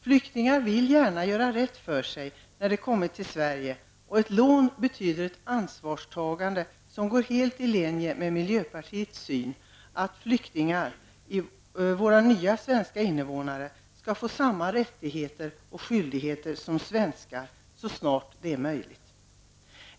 Flyktingar vill gärna göra rätt för sig när de kommit till Sverige, och ett lån betyder ett ansvarstagande som går helt i linje med miljöpartiets syn om att flyktingar -- våra nya svenska invånare -- skall få samma rättigheter och skyldigheter som svenskar så snart det är möjligt.